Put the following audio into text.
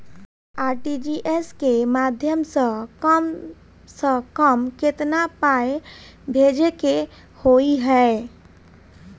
RTGS केँ माध्यम सँ कम सऽ कम केतना पाय भेजे केँ होइ हय?